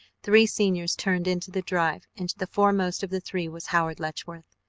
three seniors turned into the drive, and the foremost of the three was howard letchworth.